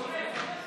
סומך, סומך.